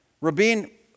Rabin